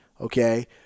okay